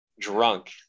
drunk